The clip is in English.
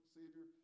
savior